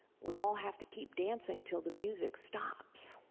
we all have to keep dancing til the music stops.